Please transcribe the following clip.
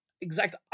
exact